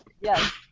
yes